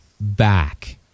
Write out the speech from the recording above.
back